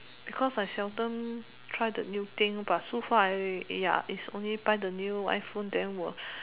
because I seldom try the new thing but so far I ya is only buy the new iPhone then will